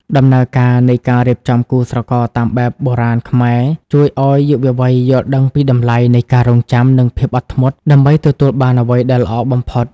ដំណើរការនៃការរៀបចំគូស្រករតាមបែបបុរាណខ្មែរ ជួយឱ្យយុវវ័យយល់ដឹងពីតម្លៃនៃ "ការរង់ចាំ និងភាពអត់ធ្មត់" ដើម្បីទទួលបានអ្វីដែលល្អបំផុត។